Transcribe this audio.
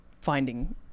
finding